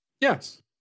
Yes